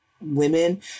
women